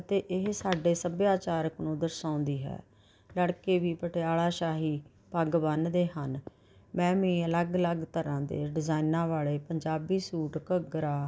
ਅਤੇ ਇਹ ਸਾਡੇ ਸੱਭਿਆਚਾਰਕ ਨੂੰ ਦਰਸਾਉਂਦੀ ਹੈ ਲੜਕੇ ਵੀ ਪਟਿਆਲਾ ਸ਼ਾਹੀ ਪੱਗ ਬੰਨ੍ਹਦੇ ਹਨ ਮੈਂ ਵੀ ਅਲੱਗ ਅਲੱਗ ਤਰ੍ਹਾਂ ਦੇ ਡਿਜ਼ਾਈਨਾਂ ਵਾਲੇ ਪੰਜਾਬੀ ਸੂਟ ਘੱਗਰਾ